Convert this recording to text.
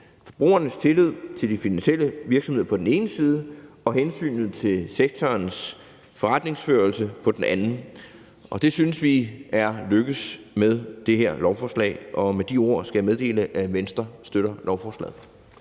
forbrugernes tillid til de finansielle virksomheder på den ene side og hensynet til sektorens forretningsførelse på den anden, og det synes vi er lykkedes med det her lovforslag. Med de ord skal jeg meddele, at Venstre støtter lovforslaget.